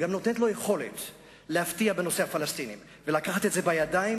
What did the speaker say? גם נותנת לו יכולת להפתיע בנושא הפלסטיני ולקחת את זה בידיים,